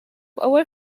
our